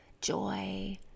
joy